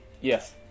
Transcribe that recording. yes